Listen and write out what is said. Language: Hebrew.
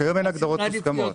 -- כרגע אין הגדרות מוסכמות.